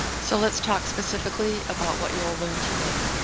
so let's talk specifically about what you'll learn today.